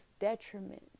detriment